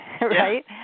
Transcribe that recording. right